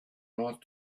not